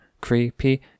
creepy